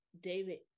David